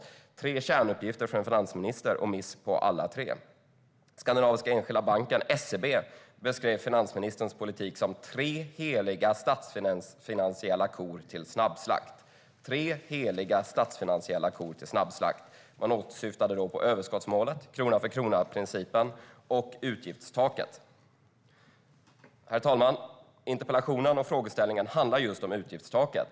Det är tre kärnuppgifter för en finansminister, och det är miss på alla tre. Skandinaviska Enskilda Banken, SEB, beskrev finansministerns politik som att man skickar tre heliga statsfinansiella kor till snabbslakt. Man syftade då på överskottsmålet, krona-för-krona-principen och utgiftstaket. Herr talman! Interpellationen och frågeställningen handlar om just utgiftstaket.